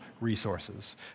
resources